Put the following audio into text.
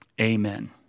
Amen